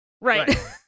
right